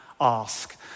ask